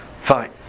fine